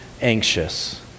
anxious